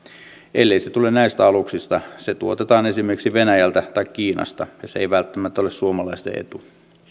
ellei se tule näistä aluksista se tuotetaan esimerkiksi venäjältä tai kiinasta ja se ei välttämättä ole suomalaisten etu